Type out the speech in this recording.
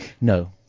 No